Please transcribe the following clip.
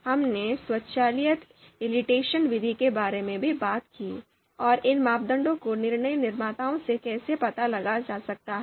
हमने स्वचालित ईलीटेशन विधि के बारे में भी बात की और इन मापदंडों को निर्णय निर्माताओं से कैसे पता लगाया जा सकता है